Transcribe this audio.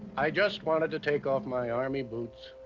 i just wanted to take off my army boots.